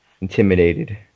intimidated